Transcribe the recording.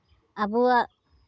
ᱟᱵᱚᱣᱟᱜ